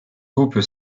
couple